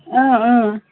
آ آ